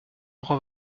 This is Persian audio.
اقا